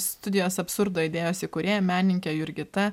studijos absurdo idėjos įkūrėja menininke jurgita